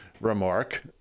remark